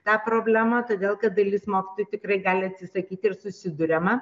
tą problemą todėl kad dalis mokytojų tikrai gali atsisakyti ir susiduriama